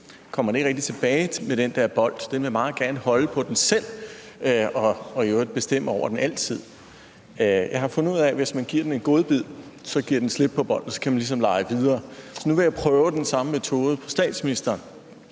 kommer den ikke rigtig tilbage med den der bold. Den vil meget gerne holde på den selv og i øvrigt bestemme over den altid. Jeg har fundet ud af, at hvis man giver den en godbid, giver den slip på bolden, og så kan man ligesom lege videre. Nu vil jeg prøve den samme metode på statsministeren,